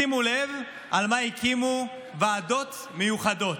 שימו לב, על מה הקימו ועדות מיוחדות?